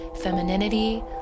femininity